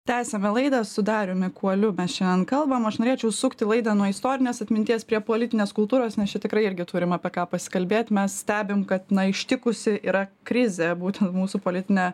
tęsiame laidą su dariumi kuoliu mes šiandien kalbam aš norėčiau sukti laidą nuo istorinės atminties prie politinės kultūros nes čia tikrai irgi turim apie ką pasikalbėt mes stebim kad na ištikusi yra krizė būtent mūsų politinę